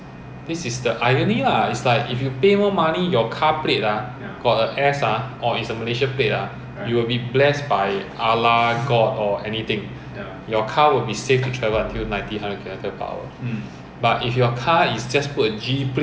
I believe is carry a passenger of not more than seven but the new license don't have this the new license did not word it's not worded in this way ya